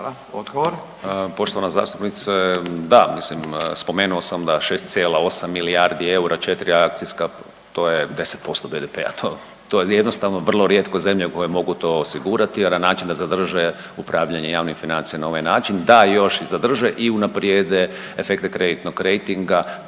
Hrvoje** Poštovana zastupnice. Da, mislim, spomenuo sam da 6,8 milijardi eura, 4 akcijska, to je 10% BDP-a, to je jednostavno vrlo rijetko zemlje koje mogu to osigurati, a na način da zadrže upravljanje javnim financijama na ovaj način da još i zadrže i unaprijede efekte kreditnog rejtinga,